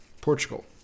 Portugal